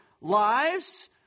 lives